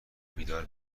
بیدار